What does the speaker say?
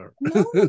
no